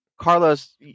Carlos